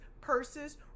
purses